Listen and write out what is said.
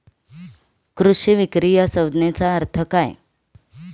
कृषी विक्री या संज्ञेचा अर्थ काय?